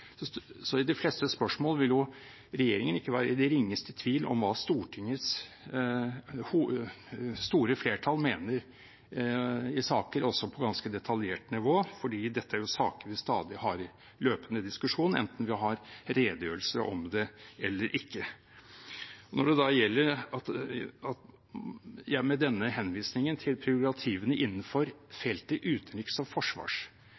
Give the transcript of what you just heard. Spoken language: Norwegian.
I de fleste spørsmål vil ikke regjeringen være i den ringeste tvil om hva Stortingets store flertall mener i saker, også på ganske detaljert nivå, fordi dette er saker vi stadig har i løpende diskusjon, enten vi har redegjørelser om det eller ikke. Når det da gjelder at jeg med denne henvisningen til prerogativene innenfor feltet utenriks- og